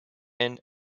and